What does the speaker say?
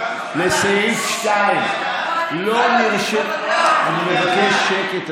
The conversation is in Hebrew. לסעיף 2. אני מבקש שקט,